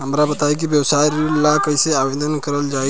हमरा बताई कि व्यवसाय ऋण ला कइसे आवेदन करल जाई?